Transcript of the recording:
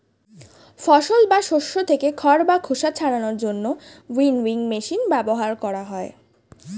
ফসল বা শস্য থেকে খড় বা খোসা ছাড়ানোর জন্য উইনউইং মেশিন ব্যবহার করা হয়